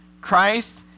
Christ